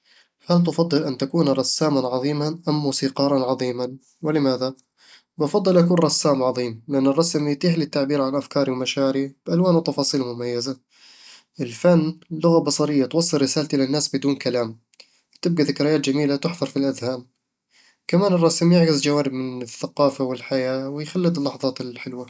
هل تفضل أن تكون رسامًا عظيمًا أم موسيقارًا عظيمًا؟ ولماذا؟ بفضّل أكون رسام عظيم، لأن الرسم يتيح لي التعبير عن أفكاري ومشاعري بألوان وتفاصيل مميزة الفن لغة بصرية توصل رسالتي للناس بدون كلام، وتبقى ذكريات جميلة تُحفر في الأذهان كمان الرسم يعكس جوانب من الثقافة والحياة ويخلّد اللحظات الحلوة